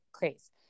case